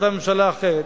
כשהיתה ממשלה אחרת,